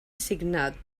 signat